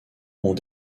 ont